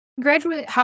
Graduate